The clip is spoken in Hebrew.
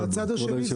אבל הצד השני,